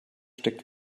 steckt